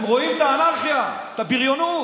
הם רואים את האנרכיה, את הבריונות.